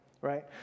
right